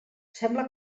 sembla